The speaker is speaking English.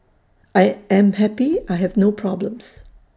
I am happy I have no problems